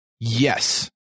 Yes